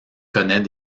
connait